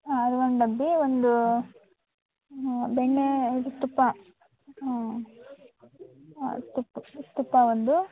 ಹಾಂ ಅದು ಒಂದು ಡಬ್ಬಿ ಒಂದೂ ಬೆಣ್ಣೆದು ತುಪ್ಪ ಹಾಂ ಹಾಂ ತುಪ್ಪ ತುಪ್ಪ ಒಂದು